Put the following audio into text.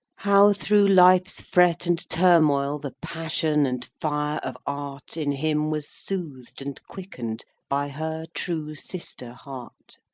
how through life's fret and turmoil the passion and fire of art in him was soothed and quicken'd by her true sister heart